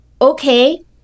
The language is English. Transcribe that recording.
Okay